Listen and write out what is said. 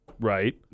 Right